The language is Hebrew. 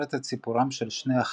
ומספרת את סיפורם של שני אחים,